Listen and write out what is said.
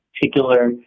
particular